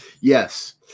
Yes